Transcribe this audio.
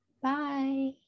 Bye